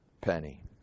penny